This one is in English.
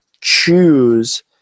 choose